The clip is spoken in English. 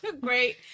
great